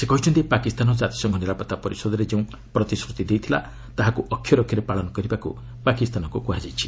ସେ କହିଛନ୍ତି ପାକିସ୍ତାନ ଜାତିସଂଘ ନିରାପତ୍ତା ପରିଷଦରେ ଯେଉଁ ପ୍ରତିଶ୍ରତି ଦେଇଥିଲା ତାହାକୁ ଅକ୍ଷରେ ଅକ୍ଷରେ ପାଳନ କରିବାକୁ ପାକିସ୍ତାନକୁ କୁହାଯାଇଛି